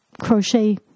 crochet